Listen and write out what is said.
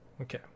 Okay